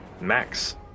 Max